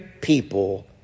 people